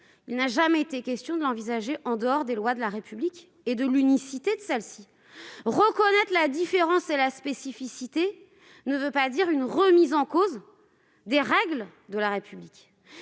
la différenciation en dehors des lois de la République et de l'unicité de celle-ci ! Reconnaître la différence et la spécificité ne veut pas dire remettre en cause les règles de la République.